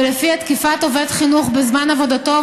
ולפיה תקיפת עובד חינוך בזמן עבודתו,